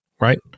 Right